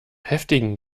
heftigen